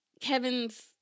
Kevin's